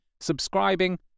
subscribing